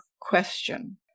question